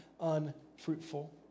unfruitful